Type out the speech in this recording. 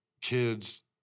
Kids